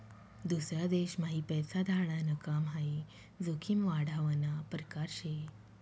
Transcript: दूसरा देशम्हाई पैसा धाडाण काम हाई जोखीम वाढावना परकार शे